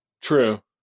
True